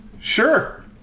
Sure